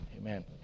Amen